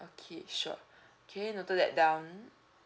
okay sure okay noted that down